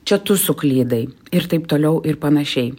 čia tu suklydai ir taip toliau ir panašiai